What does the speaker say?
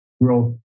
growth